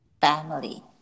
family